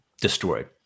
destroyed